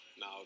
Now